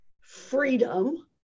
freedom